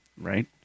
right